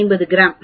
5 gram